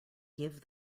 give